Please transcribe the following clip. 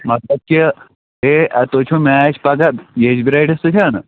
مطلب کہ ہے تۄہہِ چھُو میچ پگاہ یَچبٲرِس سۭتۍ